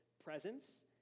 Presence